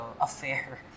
affair